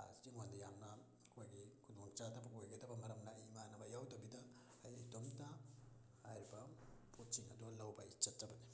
ꯑꯩꯉꯣꯟꯗ ꯌꯥꯝꯅ ꯑꯩꯈꯣꯏꯒꯤ ꯈꯨꯗꯣꯡꯆꯥꯗꯕ ꯑꯣꯏꯒꯗꯕ ꯃꯔꯝꯅ ꯑꯩ ꯏꯃꯥꯟꯅꯕ ꯌꯥꯎꯗꯕꯤꯗ ꯑꯩ ꯏꯇꯣꯝꯇ ꯍꯥꯏꯔꯤꯕ ꯄꯣꯠꯁꯤꯡ ꯑꯗꯣ ꯂꯧ ꯑꯩ ꯆꯠꯆꯕꯅꯤ